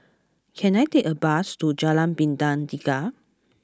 can I take a bus to Jalan Bintang Tiga